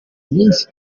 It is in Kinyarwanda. iminsi